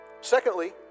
secondly